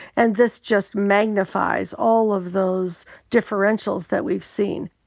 and this just magnifies all of those differentials that we've seen.